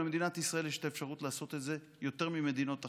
למדינת ישראל יש את האפשרות לעשות את זה יותר ממדינות אחרות,